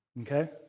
Okay